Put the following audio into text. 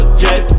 jet